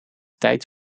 tijd